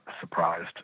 surprised